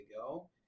go